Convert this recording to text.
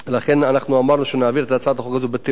לכן אמרנו שנעביר את הצעת החוק הזאת בתיאום.